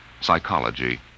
Psychology